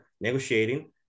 negotiating